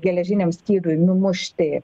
geležiniam skydui numušti